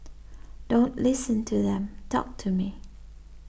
don't listen to them talk to me